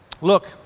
Look